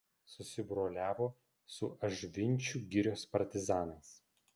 susibroliavo su ažvinčių girios partizanais